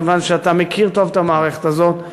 מכיוון שאתה מכיר טוב את המערכת הזאת,